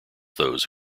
those